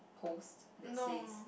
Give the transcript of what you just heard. post that says